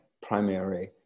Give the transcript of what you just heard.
primary